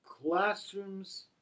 Classrooms